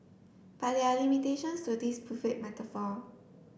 but there are limitations to this buffet metaphor